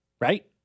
Right